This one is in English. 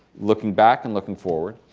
looking back and looking forward,